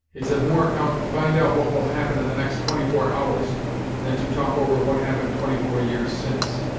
it's of more account to find out what will happen in the next twenty-four hours than to talk over what happened twenty-four years since.